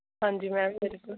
हां जी मैम बिलकुल